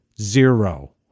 Zero